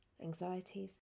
anxieties